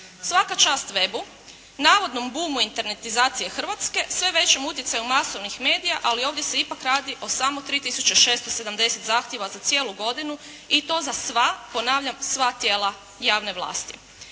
Svaka čast web-u, navodnom boomu internetizacije Hrvatske sve većem utjecaju masovnih medija, ali ovdje se ipak radi o samo 3 tisuće 670 zahtjeva za cijelu godinu i to za sva, ponavljam sva tijela javne vlasti.